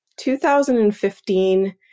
2015